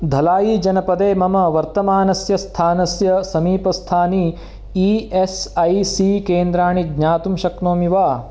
धलायीजनपदे मम वर्तमानस्य स्थानस्य समीपस्थानि ई एस् ऐ सी केन्द्राणि ज्ञातुं शक्नोमि वा